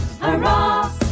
Hurrah